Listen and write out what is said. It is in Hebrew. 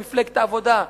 מפלגת העבודה,